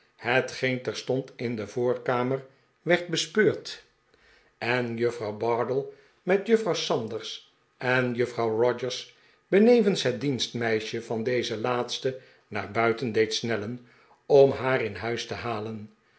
hetgeen terstond in de voorkamer werd bespeurd en juffrouw bardell met juffrouw sanders en juffrouw rogers benevens het dienstmeisje van deze laatste naar buiten deed snellen om haar in huis te halen